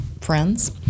friends